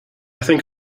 think